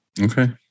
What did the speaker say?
Okay